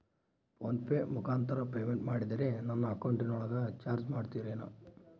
Phone pay ಮುಖಾಂತರ payment ಮಾಡಿದರೆ ನನ್ನ ಅಕೌಂಟಿನೊಳಗ ಚಾರ್ಜ್ ಮಾಡ್ತಿರೇನು?